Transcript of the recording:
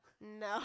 No